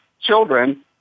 children